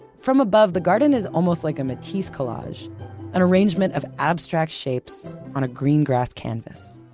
from above, the garden is almost like a matisse collage an arrangement of abstract shapes on a green grass canvas.